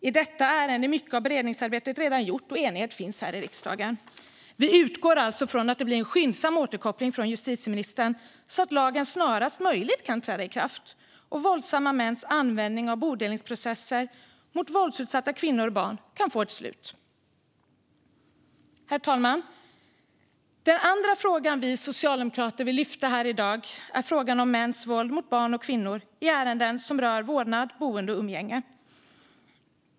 I detta ärende är mycket av beredningsarbetet redan gjort och enighet finns här i riksdagen. Vi utgår från att det blir en skyndsam återkoppling från justitieministern, så att lagen snarast möjligt kan träda i kraft och våldsamma mäns användning av bodelningsprocesser mot våldsutsatta kvinnor och barn kan få ett slut. Herr talman! Den andra fråga vi socialdemokrater vill lyfta här i dag är frågan om mäns våld mot barn och kvinnor i ärenden som rör vårdnad, boende och umgänge.